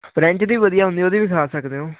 French ਦੀ ਵੀ ਵਧੀਆ ਹੁੰਦੀ ਉਹਦੀ ਵੀ ਖਾ ਸਕਦੇ ਹੋ